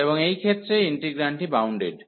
এবং এই ক্ষেত্রে ইন্টিগ্রান্ডটি বাউন্ডেড